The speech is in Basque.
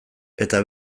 eta